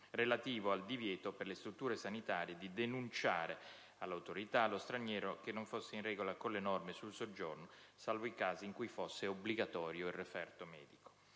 relativo al divieto per le strutture sanitarie di denunciare all'autorità lo straniero non in regola con le norme sul soggiorno, salvo i casi in cui fosse obbligatorio il referto; il